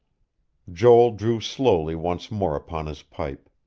joel drew slowly once more upon his pipe.